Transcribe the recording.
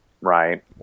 right